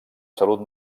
salut